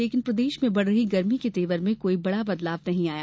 लेकिन प्रदेश में बढ़ रही गर्मी के तेवर में कोई बड़ा बदलाव नहीं आया